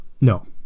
No